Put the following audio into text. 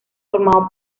formado